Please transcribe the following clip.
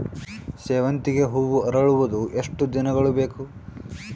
ಸೇವಂತಿಗೆ ಹೂವು ಅರಳುವುದು ಎಷ್ಟು ದಿನಗಳು ಬೇಕು?